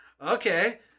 okay